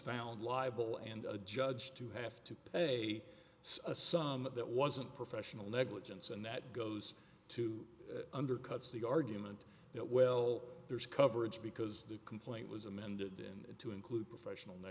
found liable and a judge to have to pay a sum that wasn't professional negligence and that goes to undercuts the argument that well there's coverage because the complaint was amended in to include professional